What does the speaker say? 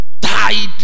tied